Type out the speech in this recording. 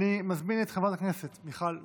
אני מזמין את חברת הכנסת מיכל וולדיגר,